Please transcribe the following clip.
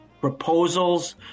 proposals